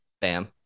Bam